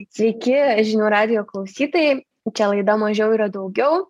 sveiki žinių radijo klausytojai čia laida mažiau yra daugiau